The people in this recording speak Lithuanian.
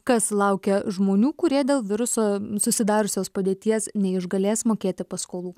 kas laukia žmonių kurie dėl viruso susidariusios padėties neišgalės mokėti paskolų